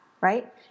right